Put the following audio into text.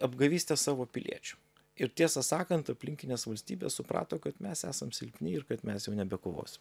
apgavystė savo piliečių ir tiesą sakant aplinkinės valstybės suprato kad mes esam silpni kad mes jau nebekovosim